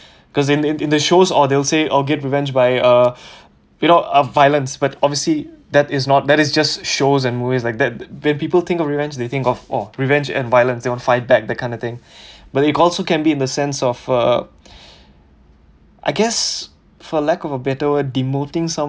because in in in the shows oh they'll say I'll get revenge by uh without uh violence but obviously that is not that is just shows and movies like that when people think of revenge they think of oh revenge and violence they will fight back that kind of thing but it also can be in the sense of uh I guess for lack of a better word demoting someone